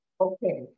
Okay